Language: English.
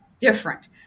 Different